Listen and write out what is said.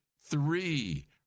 Three